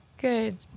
good